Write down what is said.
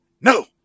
no